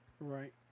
Right